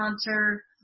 sponsor